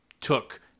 took